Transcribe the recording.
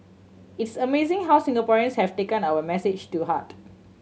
it's amazing how Singaporeans have taken our message to heart